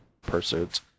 pursuits